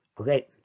Okay